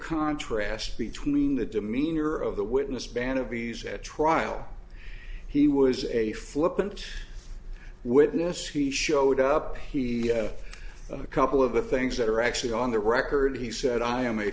contrast between the demeanor of the witness band of these at trial he was a flippant witness he showed up he had a couple of the things that are actually on the record he said i am a